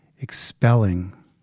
expelling